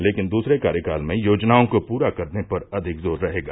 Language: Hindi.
लेकिन दसरे कार्यकाल में योजनाओं को पूरा करने पर अधिक जोर रहेगा